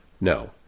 No